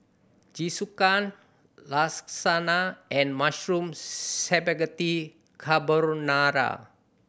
Jingisukan Lasagna and Mushroom Spaghetti Carbonara